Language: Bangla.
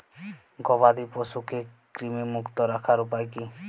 গবাদি পশুকে কৃমিমুক্ত রাখার উপায় কী?